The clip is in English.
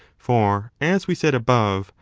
for, as we said above,